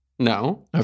No